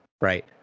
right